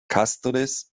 castries